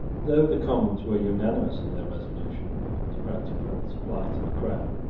though the commons were unanimous in their resolution to grant a further supply to the crown,